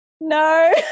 no